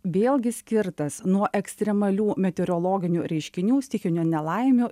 vėlgi skirtas nuo ekstremalių meteorologinių reiškinių stichinių nelaimių